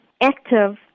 active